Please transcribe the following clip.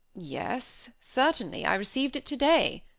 yes, certainly i received it today,